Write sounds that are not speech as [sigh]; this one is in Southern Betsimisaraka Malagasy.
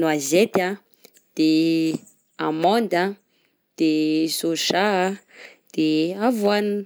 noizety a, de amande a, de [hesitation] soja a, de avoine.